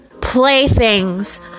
playthings